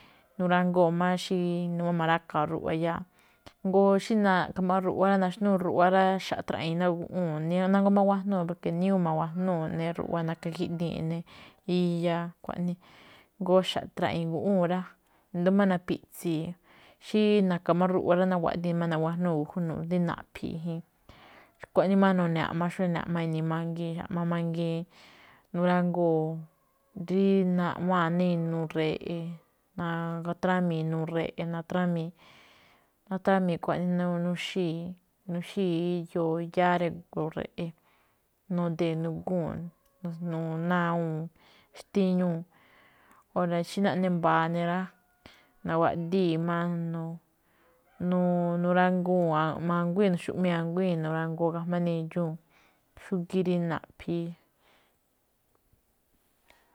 nurangoo̱ má xí, inu ma̱ráka̱a̱ ruꞌwa iyáa̱, jngó xí na̱ꞌkha̱ máꞌ ruꞌwa, naxnúu ruꞌwa xa̱ꞌ traꞌiin ná guꞌwúu̱n, nánguá máꞌ igájnuu̱ porke níyuu ma̱gua̱jnúu̱ eꞌne ruꞌwa na̱ka̱ jiꞌdii̱n eꞌne iya. Xkuaꞌnii jngó xa̱ꞌ traꞌi̱i̱n ná guꞌwúu̱n rá. I̱do̱ó máꞌ napiꞌtsii̱, xí na̱ka̱ máꞌ ruꞌwa rá, naguáꞌdii̱ má nagájnuu̱ mbu̱jú, naꞌphi̱i̱ jin. xkuaꞌnii máꞌ none̱ aꞌma, xó ene̱ aꞌma ini̱i̱ mangii̱n. Aꞌma mangiin nurangoo̱, rí naꞌwa̱a̱n ná inuu re̱ꞌe̱, natrámii̱ inuu re̱ꞌe̱, natramii̱, natramii̱ xkuaꞌnii nuxíi̱, nuxíi̱ iyoo yáá drígo̱o̱ re̱ꞌe̱. Nudee̱ nagúu̱n, najnu̱u̱ꞌ ná awúun xtíñuu̱. Óra̱ xí naꞌne mba̱a̱ ne̱ rá, naguáꞌdii̱ máꞌ nuranguu̱n aꞌma a̱nguíi̱n, nu̱xu̱̱ꞌmíi̱n nurangoo ga̱jma̱á nindxúu̱n, xúgíí rí naꞌphi̱i̱.